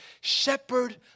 shepherd